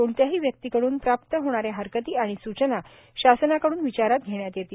कोणत्याही व्यक्तीकडून प्राप्त होणाऱ्या हरकती आणि सूचना शासनाकडून विचारात घेण्यात येतील